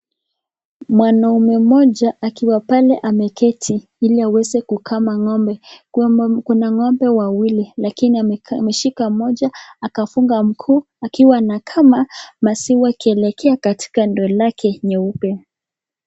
Mwanaume mmoja akiwa pale ameketi ili aweze kukama ngombe ,kuna ngombe wawili lakini ameshika mmoja akafunga mguu akiwa anakama maziwa ikielekea katika ndoo lake nyeupe.